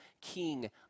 king